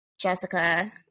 Jessica